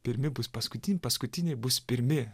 pirmi bus paskutiniai paskutiniai bus pirmi